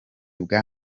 bwa